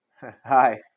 Hi